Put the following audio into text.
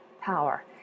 power